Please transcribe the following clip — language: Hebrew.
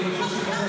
אני מבקש,